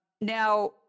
Now